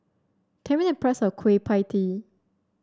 tell me the price of Kueh Pie Tee